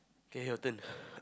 kay your turn